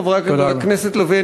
חברת הכנסת לביא,